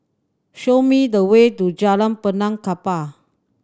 show me the way to Jalan Benaan Kapal